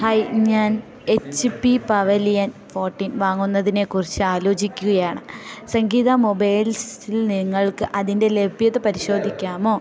hi ഞാൻ H P pavilion fourteen വാങ്ങുന്നതിനെ കുറിച്ച് ആലോചിക്കുകയാണ് സംഗീത മൊബൈൽസിൽ നിങ്ങൾക്ക് അതിൻ്റെ ലഭ്യത പരിശോധിക്കാമോ